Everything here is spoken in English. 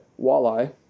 walleye